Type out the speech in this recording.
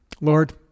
Lord